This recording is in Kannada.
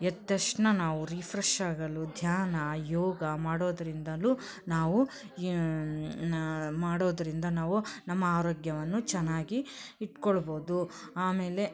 ಎದ್ದ ತಕ್ಷ್ಣ ನಾವು ರೀಫ್ರೆಶ್ ಆಗಲು ಧ್ಯಾನ ಯೋಗ ಮಾಡೋದ್ರಿಂದಲೂ ನಾವು ನಾ ಮಾಡೋದರಿಂದ ನಾವು ನಮ್ಮ ಆರೋಗ್ಯವನ್ನು ಚೆನ್ನಾಗಿ ಇಟ್ಟುಕೊಳ್ಬೋದು ಆಮೇಲೆ